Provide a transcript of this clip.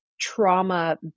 trauma